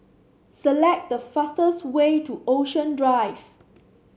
select the fastest way to Ocean Drive